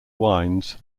wines